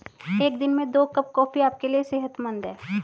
एक दिन में दो कप कॉफी आपके लिए सेहतमंद है